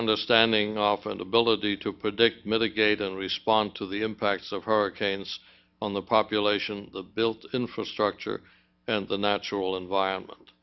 understanding often ability to predict mitigate and respond to the impacts of hurricanes on the population the built infrastructure and the natural environment